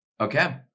okay